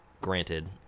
granted